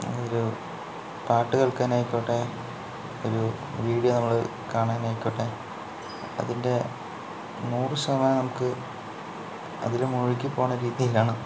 ഒരു പാട്ടു കേൾക്കാൻ ആയിക്കോട്ടെ ഒരു വീഡിയോ നമ്മൾ കാണാൻ ആയിക്കോട്ടെ അതിൻ്റെ നൂറ് ശതമാനം നമുക്ക് അതിനും മുകളിലേക്ക് പോകുന്ന രീതിയിലാണ്